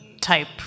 type